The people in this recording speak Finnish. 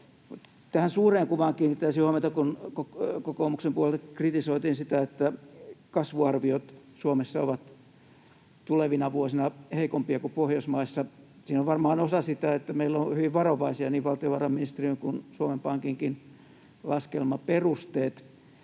Tähän suureen kuvaan kiinnittäisin huomiota, kun kokoomuksen puolelta kritisoitiin sitä, että kasvuarviot Suomessa ovat tulevina vuosina heikompia kuin muissa Pohjoismaissa. Siinä on varmaan osa sitä, että meillä ovat hyvin varovaisia niin valtiovarainministeriön kuin Suomen Pankinkin laskelmaperusteet.